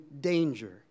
danger